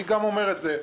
אני גם אומר את זה,